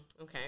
Okay